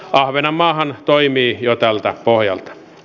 ahvenanmaahan toimii jo tältä pohjalta